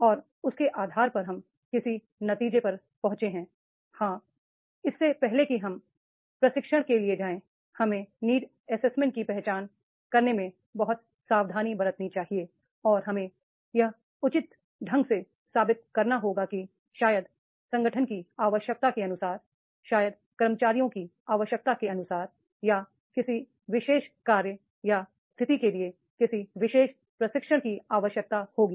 और उसके आधार पर हम किसी नतीजे पर पहुँचे हैं हाँ इससे पहले कि हम प्रशिक्षण के लिए जाएँ हमें नीड एसेसमेंट की पहचान करने में बहुत सावधानी बरतनी चाहिए और हमें यह उचित ढंग से साबित करना होगा कि शायद संगठन की आवश्यकता के अनुसार शायद कर्मचारियों की आवश्यकता के अनुसार या किसी विशेष कार्य या स्थिति के लिए किसी विशेष प्रशिक्षण की आवश्यकता होगी